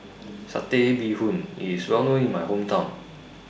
Satay Bee Hoon IS Well known in My Hometown